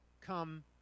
come